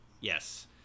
Yes